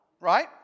right